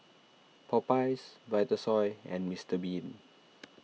Popeyes Vitasoy and Mister Bean